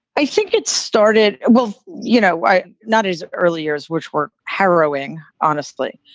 i think it started. well, you know, why not as early years, which were harrowing, honestly,